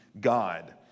God